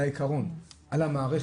על העיקרון, על המערכת,